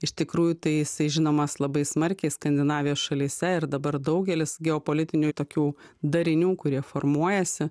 iš tikrųjų tai jisai žinomas labai smarkiai skandinavijos šalyse ir dabar daugelis geopolitinių tokių darinių kurie formuojasi